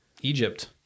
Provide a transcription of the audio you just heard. Egypt